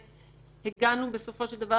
והגענו בסופו של דבר,